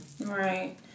Right